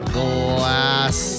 glass